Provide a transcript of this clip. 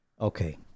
Okay